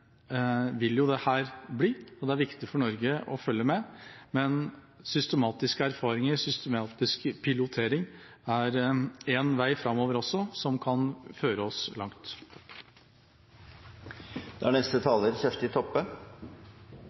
vil jo dette bli. Det er viktig for Norge å følge med, men systematiske erfaringer og systematisk pilotering er én vei framover, som kan føre oss langt.